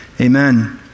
amen